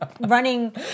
running